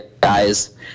guys